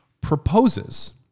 proposes